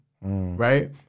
Right